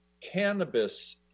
cannabis